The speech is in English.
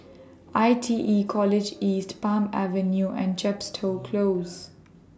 I T E College East Palm Avenue and Chepstow Close